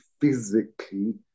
physically